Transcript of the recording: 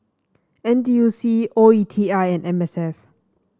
N T U C O E T I and M S F